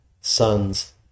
sons